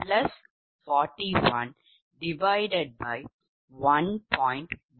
14 0